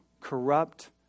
corrupt